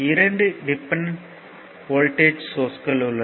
இரண்டு dependent voltage source உள்ளது